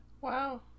Wow